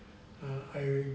err I